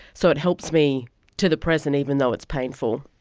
so it helps me to the present, even though it's painful.